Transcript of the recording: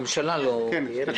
הממשלה לא קמה.